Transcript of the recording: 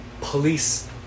Police